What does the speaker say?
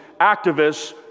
activists